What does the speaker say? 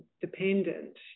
Dependent